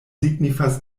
signifas